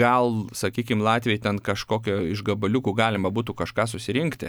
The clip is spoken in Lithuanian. gal sakykim latviai ten kažkokį iš gabaliukų galima būtų kažką susirinkti